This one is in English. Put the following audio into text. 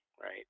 right